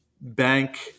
bank